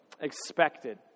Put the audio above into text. expected